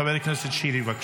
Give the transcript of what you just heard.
חבר הכנסת שירי, בבקשה.